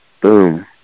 boom